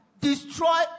destroy